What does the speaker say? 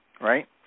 right